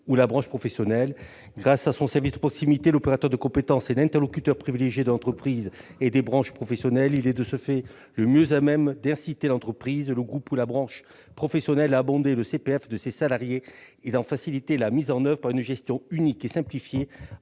ou la branche professionnelle. Grace à son service de proximité, l'opérateur de compétences est l'interlocuteur privilégié de l'entreprise et des branches professionnelles. Il est de ce fait le mieux à même d'inciter l'entreprise, le groupe ou la branche professionnelle à abonder le CPF de ses salariés et d'en faciliter la mise en oeuvre par une gestion unique et simplifiée,